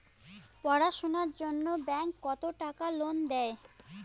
পড়াশুনার জন্যে ব্যাংক কত টাকা লোন দেয়?